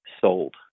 sold